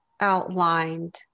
Outlined